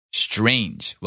strange